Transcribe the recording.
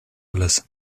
alles